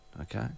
Okay